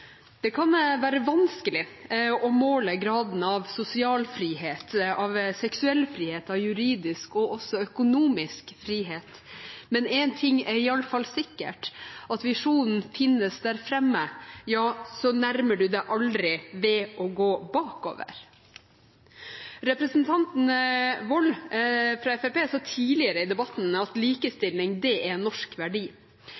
Det kan være vanskelig å måle gradene av sosial frihet, av seksuell frihet, av juridisk og økonomisk frihet. Men én ting er iallfall sikkert, at når visjonen finnes der fremme – ja, så nærmer du deg aldri ved å gå bakover. Representanten Wold fra Fremskrittspartiet sa tidligere i debatten at